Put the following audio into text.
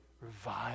revive